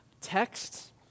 text